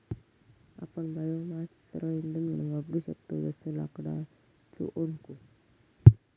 आपण बायोमास सरळ इंधन म्हणून वापरू शकतव जसो लाकडाचो ओंडको